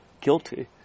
guilty